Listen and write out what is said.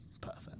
Perfect